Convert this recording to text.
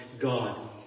God